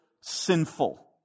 sinful